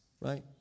right